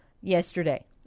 yesterday